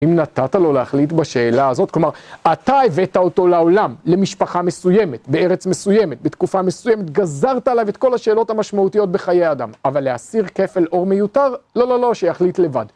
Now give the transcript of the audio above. אם נתת לו להחליט בשאלה הזאת, כלומר, אתה הבאת אותו לעולם, למשפחה מסוימת, בארץ מסוימת, בתקופה מסוימת, גזרת עליו את כל השאלות המשמעותיות בחיי אדם, אבל להסיר כפל אור מיותר? לא, לא, לא, שיחליט לבד.